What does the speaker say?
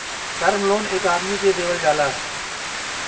term loan एक आदमी के देवल जाला